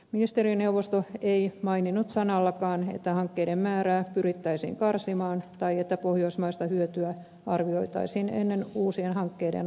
ministerineuvosto ei maininnut sanallakaan että hankkeiden määrää pyrittäisiin karsimaan tai että pohjoismaista hyötyä arvioitaisiin ennen uusien hankkeiden aloittamista